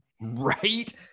Right